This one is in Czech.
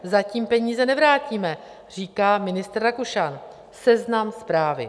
Zatím peníze nevrátíme, říká ministr Rakušan Seznam Zprávy.